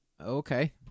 Okay